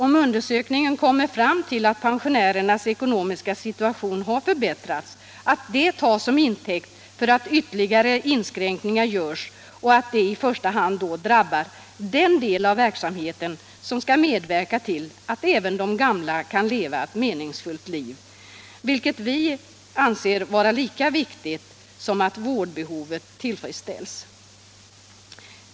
Om undersökningen kommer fram till att pensionärernas ekonomiska situation har förbättrats finns det risk för att detta tas som intäkt för att göra ytterligare inskränkningar och att det då i första hand drabbar den del av verksamheten som skall medverka till att även de gamla kan leva ett meningsfullt liv, vilket vi anser vara lika viktigt som att vårdbehovet tillfredsställs.